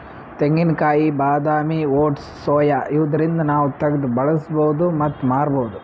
ತೆಂಗಿನಕಾಯಿ ಬಾದಾಮಿ oats soya ಇವ್ದರಿಂದ್ ನಾವ್ ತಗ್ದ್ ಬಳಸ್ಬಹುದ್ ಮತ್ತ್ ಮಾರ್ಬಹುದ್